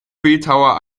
bildhauer